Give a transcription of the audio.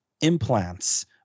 implants